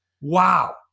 Wow